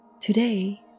Today